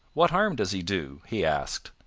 what harm does he do? he asked.